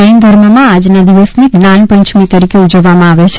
જૈન ધર્મમાં આજના દિવસને જ્ઞાનપંચમી તરીકે ઉજવવામાં આવે છે